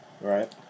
Right